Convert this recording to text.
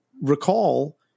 recall